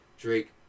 Drake